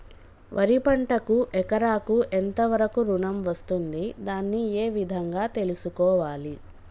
వరి పంటకు ఎకరాకు ఎంత వరకు ఋణం వస్తుంది దాన్ని ఏ విధంగా తెలుసుకోవాలి?